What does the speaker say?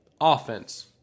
offense